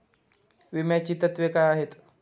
विम्याची तत्वे काय आहेत?